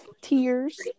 tears